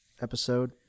episode